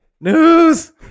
News